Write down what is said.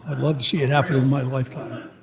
ah love to see it happen in my lifetime. a